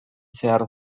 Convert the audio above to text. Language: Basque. zehar